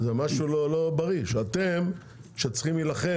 זה משהו לא בריא שאתם שצריכים להילחם